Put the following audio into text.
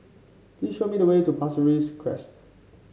please show me the way to Pasir Ris Crest